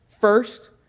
First